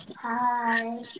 Hi